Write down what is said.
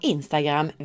Instagram